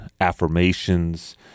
affirmations